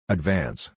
Advance